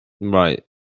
right